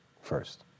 First